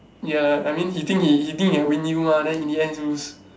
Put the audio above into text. ya I mean he think he he think he can win you lah then in the end lose